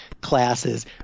classes